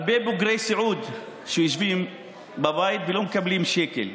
הרבה בוגרי סיעוד שיושבים בבית לא מקבלים שקל,